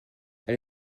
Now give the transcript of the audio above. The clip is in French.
elle